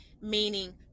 meaning